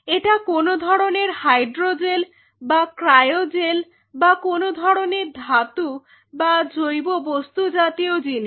এটা কোন ধরনের হাইড্রো জেল বা ক্রায়োজেল বা কোন ধরনের ধাতু বা জৈব বস্তু জাতীয় জিনিস